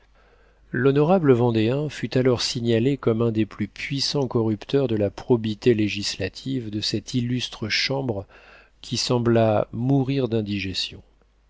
l'honorable vendéen fut alors signalé comme un des plus puissants corrupteurs de la probité législative de cette illustre chambre qui sembla mourir d'indigestion